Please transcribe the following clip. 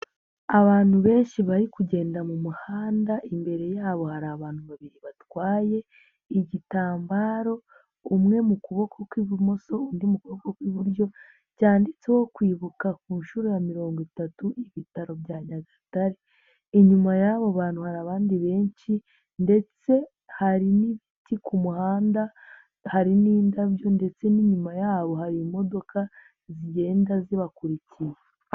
Abantu benshi bari kugenda mu muhanda, imbere yabo hari abantu babiri batwaye igitambaro, umwe mu kuboko kw'ibumoso, undi mu kuboko kw'iburyo, cyanditseho kwibuka ku nshuro ya mirongo itatu, ibitaro bya Nyagatare, inyuma y'abo bantu hari abandi benshi ndetse hari n'ibiti ku muhanda, hari n'indabyo ndetse n'inyuma yabo hari imodoka, zigenda zibakurikiye.